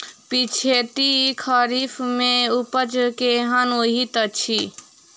पिछैती खरीफ मे उपज केहन होइत अछि?